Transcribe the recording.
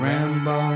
Rambo